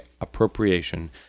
appropriation